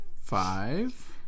Five